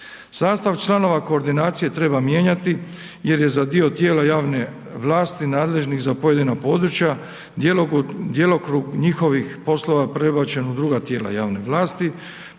Sastav članova koordinacije treba mijenjati jer je za dio tijela javne vlasti nadležnih za pojedina područja djelokrug njihovih poslova prebačen u druga tijela javne vlasti,